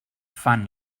fan